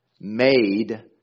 made